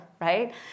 right